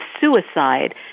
suicide